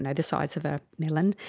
and the size of a melon,